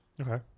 okay